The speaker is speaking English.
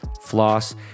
floss